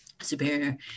Superior